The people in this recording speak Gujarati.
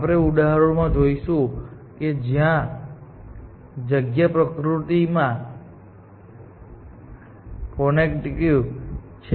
આપણે ઉદાહરણોમાં જોઈશું કે જ્યાં જગ્યા પ્રકૃતિમાં કોગ્નેટિક છે